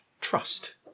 trust